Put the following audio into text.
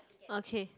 okay